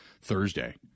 Thursday